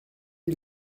est